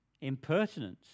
impertinence